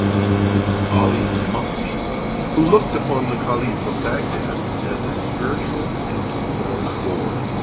ali mahdi, who looked upon the caliph of baghdad as his spiritual and temporal lord.